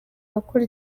abakora